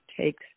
takes